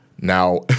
Now